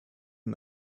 and